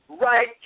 right